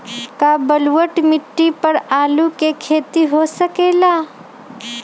का बलूअट मिट्टी पर आलू के खेती हो सकेला?